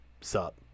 Sup